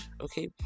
Okay